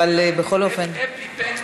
אבל בכל אופן, אפיפן,